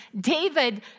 David